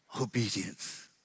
obedience